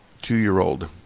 Two-year-old